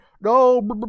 No